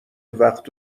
وقت